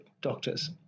doctors